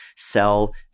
sell